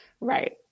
Right